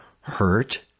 hurt